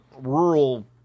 rural